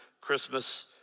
Christmas